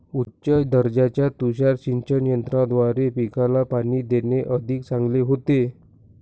उच्च दर्जाच्या तुषार सिंचन यंत्राद्वारे पिकाला पाणी देणे अधिक चांगले होते